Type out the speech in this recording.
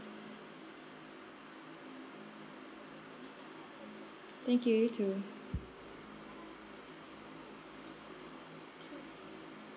thank you you too